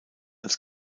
als